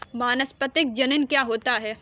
वानस्पतिक जनन क्या होता है?